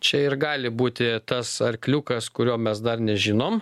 čia ir gali būti tas arkliukas kurio mes dar nežinom